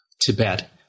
Tibet